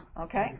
Okay